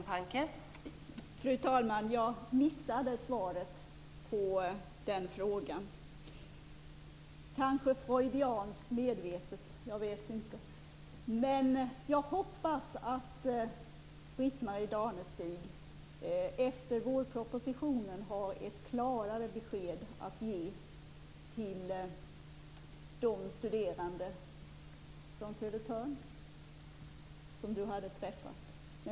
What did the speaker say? Fru talman! Jag missade svaret på den frågan - kanske var det en Freudiansk glömska, jag vet inte. Jag hoppas att Britt-Marie Danestig efter behandlingen av vårpropositionen kommer att ha ett klarare besked att ge till de studerande hon hade träffat.